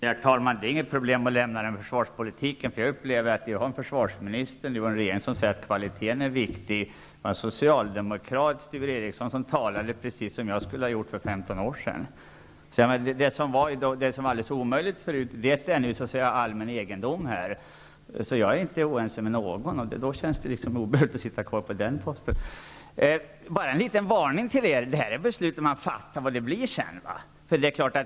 Herr talman! Det är inget problem för mig att lämna försvarspolitiken, för jag upplever att vi har en försvarsminister och en regering som säger att kvaliteten är viktig. Det var en socialdemokrat, Sture Ericson, som talade precis som jag skulle ha gjort för 15 år sedan. Det som var alldeles omöjligt förut är nu allmän egendom. Jag är inte oense med någon, så det känns onödigt att sitta kvar. Bara en liten varning. Här fattar vi beslut, men vad blir det sedan?